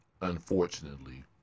Unfortunately